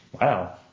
wow